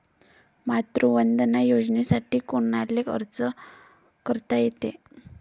मातृवंदना योजनेसाठी कोनाले अर्ज करता येते?